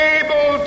able